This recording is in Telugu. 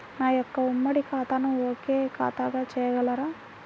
నా యొక్క ఉమ్మడి ఖాతాను ఒకే ఖాతాగా చేయగలరా?